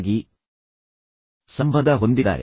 ಮತ್ತು ಅವರು ಅದಕ್ಕೆ ಬಹಳ ಸ್ವಯಂಪ್ರೇರಿತವಾಗಿ ಸಂಬಂಧ ಹೊಂದಿದ್ದಾರೆ